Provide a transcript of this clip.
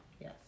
Yes